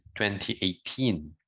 2018